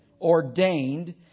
Ordained